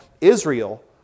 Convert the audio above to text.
Israel